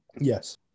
Yes